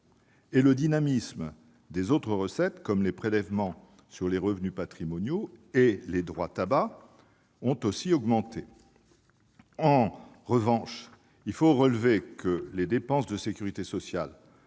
le dynamisme d'autres recettes, comme les prélèvements sur les revenus patrimoniaux et les droits sur le tabac. En revanche, il faut relever que les dépenses de la sécurité sociale,